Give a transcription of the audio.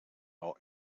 all